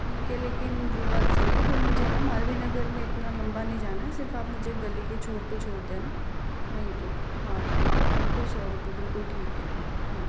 ठीक है लेकिन वह बात सही है पर मुझे है न मालवीय नगर में इतना लंबा नहीं जाना है सिर्फ़ आप मुझे गली के छोर पर छोड़ देना वहीं पर हाँ ठीक है बिल्कुल सौ रुपए बिल्कुल ठीक है